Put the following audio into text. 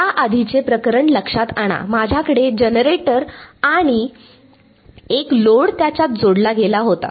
याआधीचे प्रकरण लक्षात आणा माझ्याकडे जनरेटर आणि एक लोड त्याच्यात जोडला गेला होता